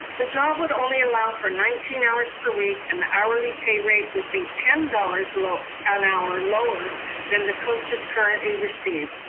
the job would only allow for nineteen hours per week, and the hourly pay rate would be ten dollars an hour lower than the coaches currently received.